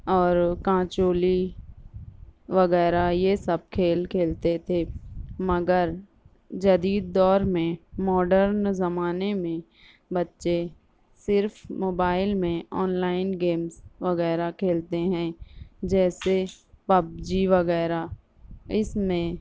اور کانچولی وغیرہ یہ سب کھیل کھیلتے تھے مگر جدید دور میں ماڈرن زمانے میں بچے صرف موبائل میں آن لائن گیمس وغیرہ کھیلتے ہیں جیسے پبجی وغیرہ اس میں